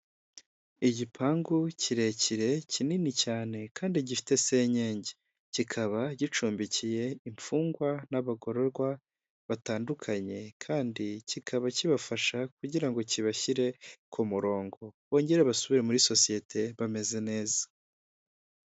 Igipangu kirekire kinini cyane kandi gifite senyenge, kikaba gicumbikiye imfungwa n'abagororwa batandukanye kandi kikaba kibafasha kugira ngo kibashyire ku murongo bongera basubire muri sosiyete bameze neza.